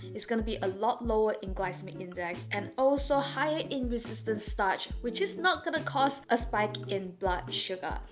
is gonna be a lot lower in glycemic index and also higher in resistant starch, which is not gonna cause a spike in blood sugar.